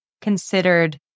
considered